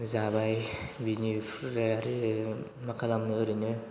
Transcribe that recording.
जाबाय बेनिफ्राय आरो मा खालामनो ओरैनो